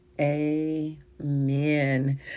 Amen